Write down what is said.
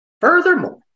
Furthermore